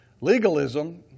Legalism